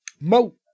Mo